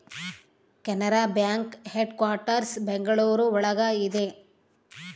Canara bank headquarters Bengaluru ಒಳಗ ಇದೆ